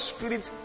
Spirit